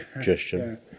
gesture